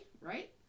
right